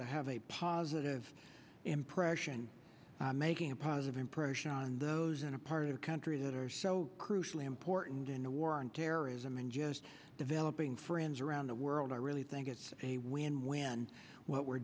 to have a positive impression making a positive impression on those in a part of the country that are so crucially important in the war on terrorism and just developing friends around the world i really think it's a win win what we're